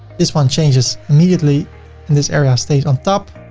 this one changes immediately and this area stays on top.